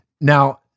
Now